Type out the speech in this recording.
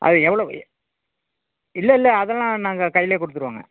அது எவ்வளோ ஏ இல்லை இல்லை அதெல்லாம் நாங்கள் கையிலே கொடுத்துருவோங்க